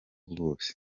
bwose